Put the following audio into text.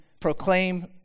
proclaim